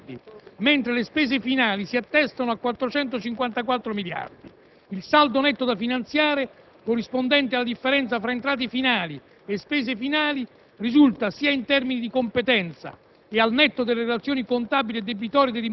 a 431,4 miliardi, mentre le spese finali si attestano a 454 miliardi. Il saldo netto da finanziare, corrispondente alla differenza tra entrate finali e spese finali, risulta in termini di competenza,